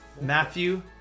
Matthew